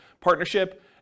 partnership